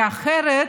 אחרת